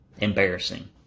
Embarrassing